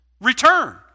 return